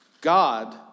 God